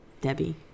Debbie